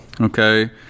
okay